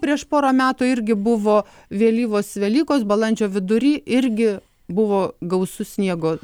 prieš porą metų irgi buvo vėlyvos velykos balandžio vidury irgi buvo gausu sniego